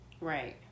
Right